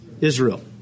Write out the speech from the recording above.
Israel